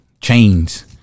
chains